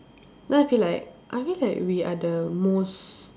then I feel like I feel like we are the most